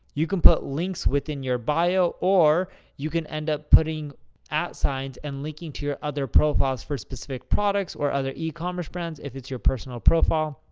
you can put links within your bio. or you can end up putting signs and linking to your other profiles for specific products, or other ecommerce brands, if it's your personal profile.